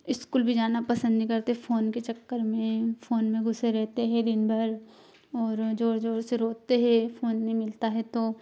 school भी जाना पसंद नहीं करते फ़ोन के चक्कर में फ़ोन में घुसे रहते हैं दिनभर और ज़ोर ज़ोर से रोते हे फ़ोन नहीं मिलता है तो